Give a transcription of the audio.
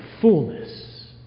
fullness